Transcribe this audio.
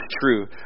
true